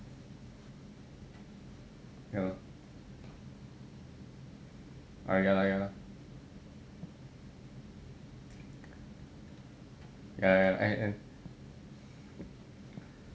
you know ah ya lah ya lah ya lah and